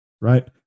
right